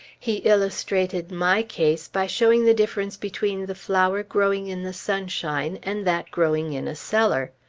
he illustrated my case by showing the difference between the flower growing in the sunshine and that growing in a cellar.